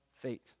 fate